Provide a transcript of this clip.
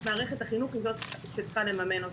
מערכת החינוך היא זו שצריכה לממן אותו.